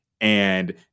and-